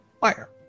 Fire